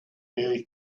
very